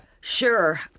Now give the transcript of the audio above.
Sure